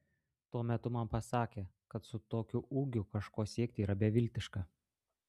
tuo metu man pasakė kad su tokiu ūgiu kažko siekti yra beviltiška